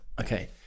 Okay